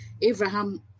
Abraham